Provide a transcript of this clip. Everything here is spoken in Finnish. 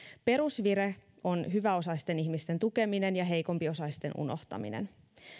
perusvire on hyväosaisten ihmisten tukeminen ja heikompiosaisten unohtaminen